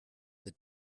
the